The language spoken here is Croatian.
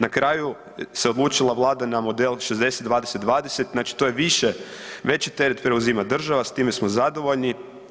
Na kraju se odlučila Vlada na model 60-20-20 znači to je više, veći teret preuzima država s time smo zadovoljni.